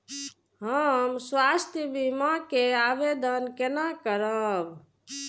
हम स्वास्थ्य बीमा के आवेदन केना करब?